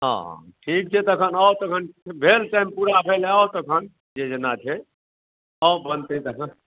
हँ हँ ठीक छै तखन आउ तखन भेल टाइम पूरा भेल आउ तखन जे जेना छै आउ बनतै तखन